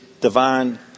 divine